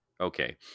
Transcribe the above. Okay